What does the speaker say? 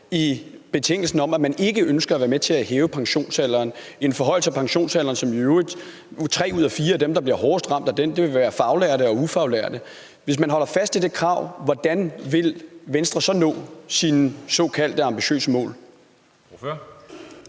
i betingelsen om, at man ikke ønsker at være med til at hæve pensionsalderen – en forhøjelse af pensionsalderen, hvorved tre ud af fire af dem, der bliver hårdest ramt, vil være faglærte og ufaglærte – hvordan vil Venstre så nå sine såkaldt ambitiøse mål?